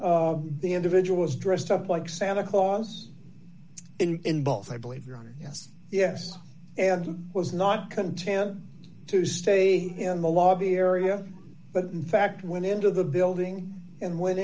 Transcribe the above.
the individual is dressed up like santa claus in both i believe you're on yes yes and he was not content to stay in the lobby area but in fact went into the building and went